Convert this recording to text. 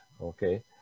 okay